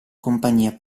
compagnia